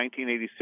1986